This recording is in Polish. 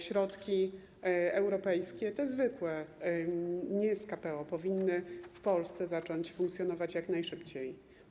Środki europejskie, te zwykłe, nie z KPO, powinny w Polsce zacząć funkcjonować jak najszybciej.